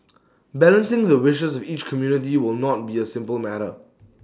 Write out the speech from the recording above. balancing the wishes of each community will not be A simple matter